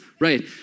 Right